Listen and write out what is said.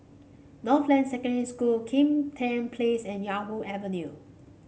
Northland Secondary School Kim Tian Place and Yarwood Avenue